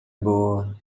boa